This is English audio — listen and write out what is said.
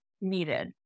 needed